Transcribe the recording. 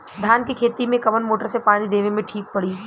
धान के खेती मे कवन मोटर से पानी देवे मे ठीक पड़ी?